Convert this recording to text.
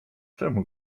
czemu